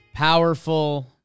Powerful